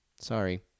Sorry